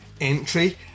entry